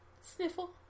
Sniffle